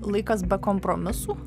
laikas be kompromisų